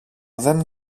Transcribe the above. δεν